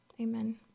Amen